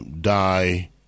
die